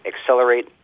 accelerate